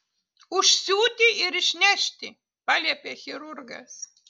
užsiūti ir išnešti paliepė chirurgas